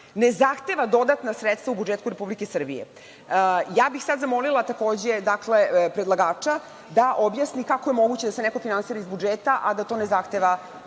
ne zahteva dodatna sredstva u budžetu Republike Srbije. Ja bih sad zamolila takođe predlagača da objasni kako je moguće da se neko finansira iz budžeta, a da to ne zahteva dodatna sredstva